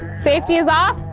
safety is off.